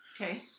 Okay